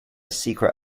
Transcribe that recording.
secret